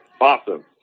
Awesome